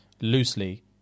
loosely